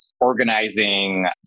organizing